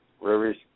Rivers